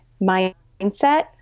mindset